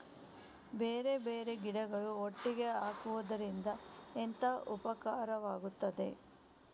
ಬೇರೆ ಬೇರೆ ಗಿಡಗಳು ಒಟ್ಟಿಗೆ ಹಾಕುದರಿಂದ ಎಂತ ಉಪಕಾರವಾಗುತ್ತದೆ?